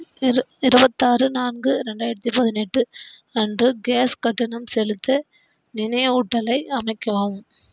இருபத்தாறு நான்கு ரெண்டாயிரத்தி பதினெட்டு அன்று கேஸ் கட்டணம் செலுத்த நினைவூட்டலை அமைக்கவும்